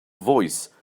voice